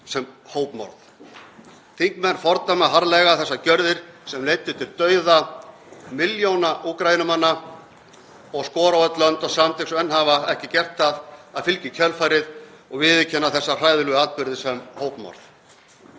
sem hópmorð. Þingmenn fordæma harðlega þessar gjörðir sem leiddu til dauða milljóna Úkraínumanna og skora á öll lönd og samtök sem enn hafa ekki gert það að fylgja í kjölfarið og viðurkenna þessa hræðilegu atburði sem hópmorð.